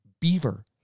Beaver